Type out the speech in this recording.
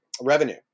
revenue